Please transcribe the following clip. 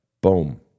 boom